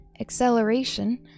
Acceleration